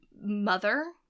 Mother